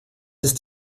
ist